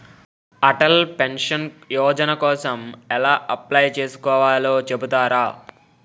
Atal pension Yojana కోసం ఎలా apply చేసుకోవాలో చెపుతారా?